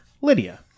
Lydia